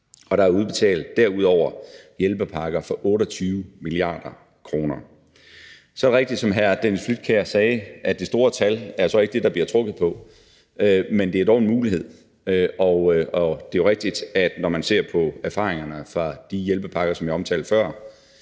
er der udbetalt hjælpepakker for 28 mia. kr. Så er det rigtigt, som hr. Dennis Flydtkjær sagde, nemlig at det store tal så ikke er det, der bliver trukket på, men det er dog en mulighed. Og det er jo rigtigt, at når man ser på erfaringerne fra de hjælpepakker, som jeg omtalte før,